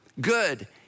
good